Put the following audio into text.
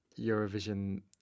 Eurovision